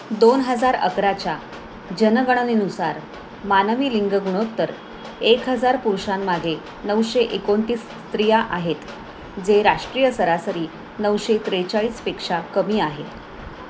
दोन हजार अकराच्या जनगणनेनुसार मानवी लिंग गुणोत्तर एक हजार पुरुषांमागे नऊशे एकोणतीस स्त्रिया आहेत जे राष्ट्रीय सरासरी नऊशे त्रेचाळीसपेक्षा कमी आहे